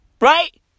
right